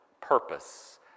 purpose